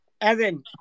Evan